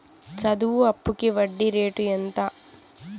చదువు అప్పుకి వడ్డీ రేటు ఎంత?